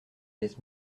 laisse